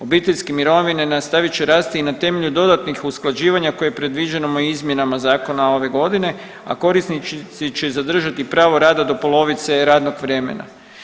Obiteljske mirovine nastavit će rasti i na temelju dodatnih usklađivanja koje je predviđeno izmjenama Zakona ove godine, a korisnici će zadržati pravo rada do polovice radnog vremena.